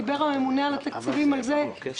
דיבר הממונה על התקציבים על כך שיש